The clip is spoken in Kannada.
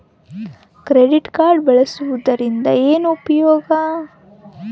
ಕ್ರೆಡಿಟ್ ಕಾರ್ಡ್ ಬಳಸುವದರಿಂದ ಏನು ಉಪಯೋಗ?